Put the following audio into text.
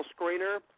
screener